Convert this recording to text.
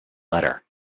letter